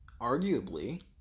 arguably